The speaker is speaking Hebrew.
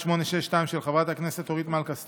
של חברת אורית מלכה סטרוק,